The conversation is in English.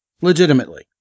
legitimately